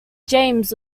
james